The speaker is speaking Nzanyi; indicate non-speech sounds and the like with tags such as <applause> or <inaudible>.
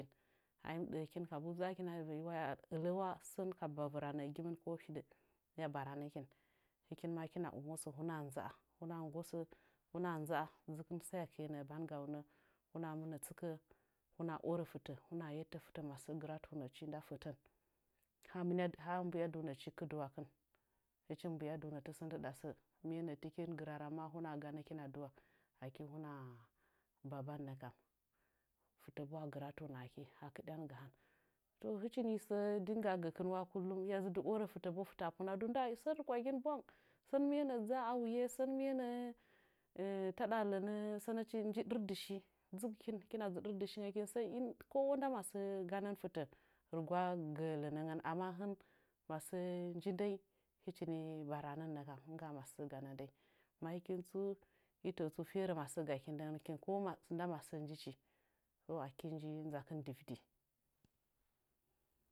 <unintelligible> Kabu dzakin a uə'i wa ya ə'ələwa sən ka bavɨra nə'ə gimɨn ko hiɗə hɨya baranəkɨn hɨkin ma kina ɨmosə huna nza'a huna nggosə hina nzaa dzɨkɨn saəkɨye nəə bangaunə huna mɨna tsɨkə huna orə fɨtə huna yette fɨtə masə gɨratunə. chi nda fətən ha mɨna ha mbuya dunəchi kɨdɨwakɨn hɨchim mbu'ya dunə tasə ndɨɗa sə miye nəə tɨgin gɨ rarang ma huna ganəkin adu'a aki huna baban nəkam fɨtə bo a gɨratunə aki ha kɨɗyanga han to hɨchini sə dingaa gəkɨn wa kullam hɨya dzɨ dɨ orə fɨtə bo fɨtə a punadu <unintelligible> sən ragwa gɨn bwang sən miye nə'ə dza a wuye sən miye nə'ə <hesitation> taɗa hənə sənəchi nji ɗɨrdɨ shi dzɨgɨkin kɨna dzɨ ɗɨrdɨ shingəkɨ <unintelligible> kowa nda masə ganda fɨtə rɨgwa gə lənəngən amma hɨn masə nəin ndanyi hɨchi ni baranənnəkam nɨngga'a masə ganə ndainyi ma hɨkin tsu i təə tsu ferə masə gakin ndəngəkin kowa nda masə njichi to aki nji nzakɨn dɨvdi